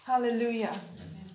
Hallelujah